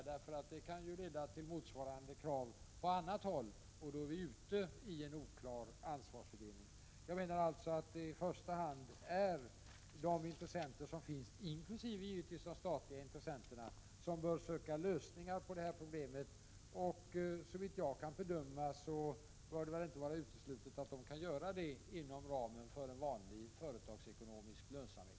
Det kan ju leda till motsvarande krav på annat håll, och då hamnar vi i en oklar ansvarsfördelning. Jag menar alltså att det i första hand är de intressenter som finns — givetvis inkl. de statliga — som bör söka lösningar på detta problem. Såvitt jag kan bedöma bör det inte vara uteslutet att så kan ske inom ramen för vanlig företagsekonomisk lönsamhet.